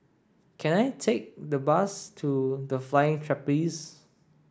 can I take the bus to The Flying Trapeze